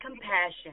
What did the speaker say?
compassion